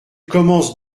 commences